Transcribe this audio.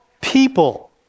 people